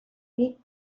deep